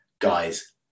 guys